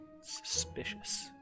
Suspicious